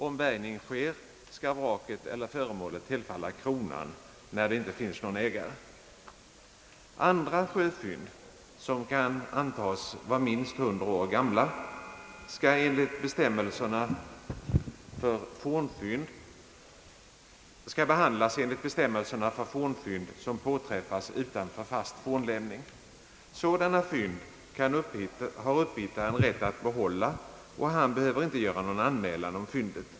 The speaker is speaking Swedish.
Om bärgning sker, skall vraket eller föremålet tillfalla kronan, när det inte finns någon ägare. Andra sjöfynd, som kan antas vara minst hundra år gamla, skall behandlas enligt bestämmelserna för fornfynd som påträffas utanför fast fornlämning. Sådana fynd har uppbhittaren rätt att behålla och han behöver inte göra någon anmälan om fyndet.